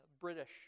British